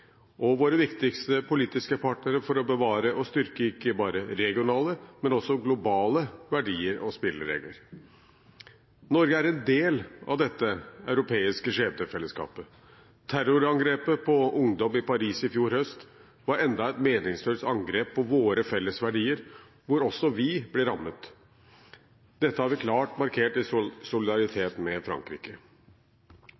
og våre viktigste politiske partnere for å bevare og styrke ikke bare regionale, men også globale verdier og spilleregler. Norge er en del av dette europeiske skjebnefellesskapet. Terrorangrepet på ungdom i Paris i fjor høst var enda et meningsløst angrep på våre felles verdier, hvor også vi ble rammet. Dette har vi klart markert i